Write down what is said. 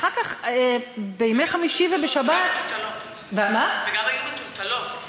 אחר כך, בימי חמישי ובשבת, וגם היו מתולתלות.